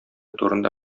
турында